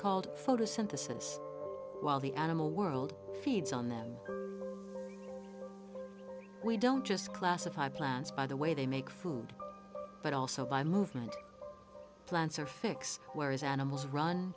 called while the animal world feeds on that we don't just classify plants by the way they make food but also by movement plants or fix his animals run